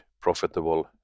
profitable